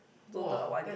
total up one year